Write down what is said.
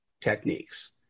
techniques